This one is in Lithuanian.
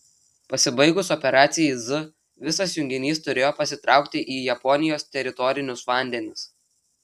pasibaigus operacijai z visas junginys turėjo pasitraukti į japonijos teritorinius vandenis